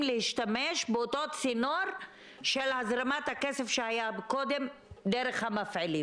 להשתמש באותו צינור של הזרמת הכסף שהיה קודם דרך המפעילים.